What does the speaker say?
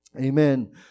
Amen